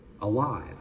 alive